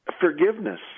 forgiveness